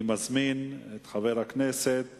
אני מזמין את חבר הכנסת